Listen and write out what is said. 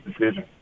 decision